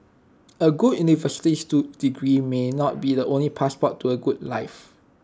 A good universities do degree may not be the only passport to A good life